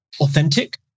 authentic